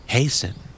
Hasten